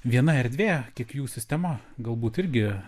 viena erdvė kiek jų sistema galbūt irgi